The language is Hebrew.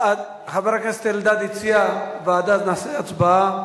חבר הכנסת אלדד הציע ועדה, אז נעשה הצבעה.